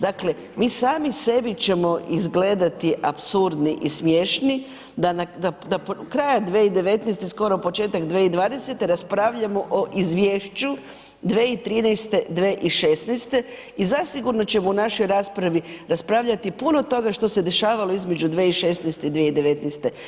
Dakle, mi sami sebi ćemo izgledati apsurdni i smiješni da krajem 2019. skoro početak 2020. raspravljamo o izvješću 2013.-2016. i zasigurno ćemo u našoj raspravi raspravljati puno toga što se dešavalo između 2016. i 2019.